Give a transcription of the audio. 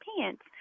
pants